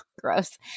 Gross